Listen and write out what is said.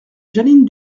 jeanine